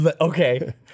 okay